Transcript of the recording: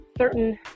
Certain